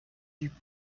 duc